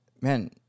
man –